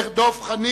נמנע אחד.